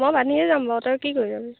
মই বান্ধিয়ে যাম বাৰু তই কি কৰি যাবি